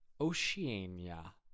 Oceania